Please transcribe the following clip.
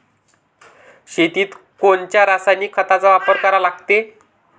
शेतीत कोनच्या रासायनिक खताचा वापर करा लागते?